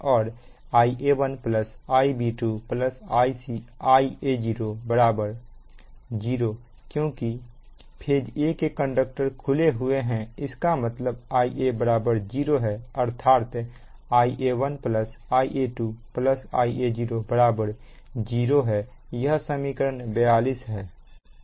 और Ia1 Ia2 Ia0 0 क्योंकि phase a के कंडक्टर खुले हैं इसका मतलब Ia 0 है अर्थात Ia1 Ia2 Ia0 0 हैं यह समीकरण 42 है